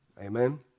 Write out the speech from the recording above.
Amen